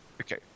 Okay